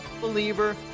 believer